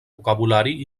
vocabulari